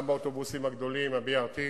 גם באוטובוסים הגדולים, ה-BRT,